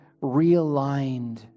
realigned